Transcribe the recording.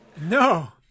No